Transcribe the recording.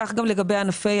כך גם לגבי ענפי